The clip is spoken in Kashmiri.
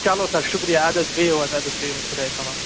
چلو سَر شُکرِیا اَدٕ حظ بِہِو حظ بِہِو حظ خدایَس حَوال